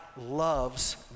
loves